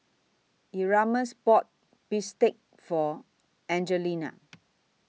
Erasmus bought Bistake For Angelina